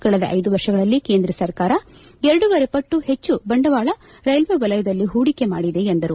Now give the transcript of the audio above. ಕಳೆದ ಐದು ವರ್ಷಗಳಲ್ಲಿ ಕೇಂದ್ರ ಸರ್ಕಾರ ಎರಡೂವರೆ ಪಟ್ಟು ಹೆಚ್ಚು ಬಂಡವಾಳ ರೈಲ್ವೆ ವಲಯದಲ್ಲಿ ಪೂಡಿಕೆ ಮಾಡಿದೆ ಎಂದರು